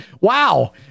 wow